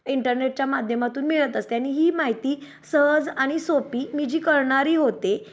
इंटरनेटच्या माध्यमातून मिळत असते आणि ही माहिती सहज आणि सोपी मी जी करणारी होते